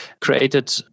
created